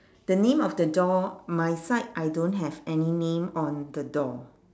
the name of the door my side I don't have any name on the door